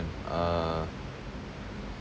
uh